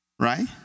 Right